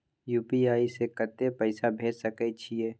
UPI से कत्ते पैसा भेज सके छियै?